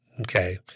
Okay